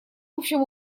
общем